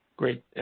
Great